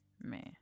Man